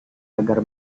agar